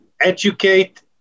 educate